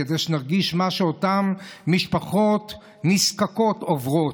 כדי שנרגיש מה שאותן משפחות נזקקות עוברות,